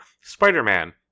Spider-Man